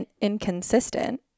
inconsistent